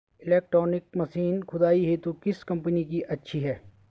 Electronic machine खुदाई हेतु किस कंपनी की अच्छी है?